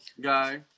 guy